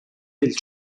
del